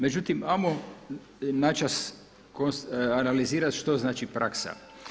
Međutim, ajmo načas analizirati što znači praksa?